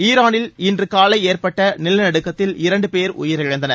ஈராளில் இன்று காலை ஏற்பட்ட நிலநடுக்கத்தில் இரண்டு பேர் உயிரிழந்தனர்